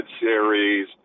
series